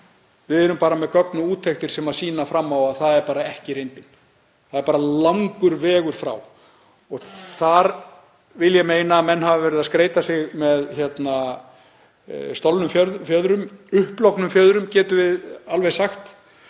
Við erum bara með gögn og úttektir sem sýna fram á að það er ekki reyndin, það er langur vegur frá. Þar vil ég meina að menn hafi verið að skreyta sig með stolnum fjöðrum, upplognum fjöðrum getum við alveg sagt.